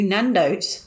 Nando's